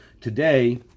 today